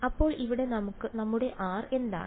അപ്പോൾ ഇവിടെ നമ്മുടെ r എന്താണ്